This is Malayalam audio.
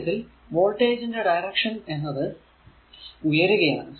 ഈ കേസിൽ വോൾടേജ് ന്റെ ഡയറക്ഷൻ എന്നത് ഉയരുകയാണ്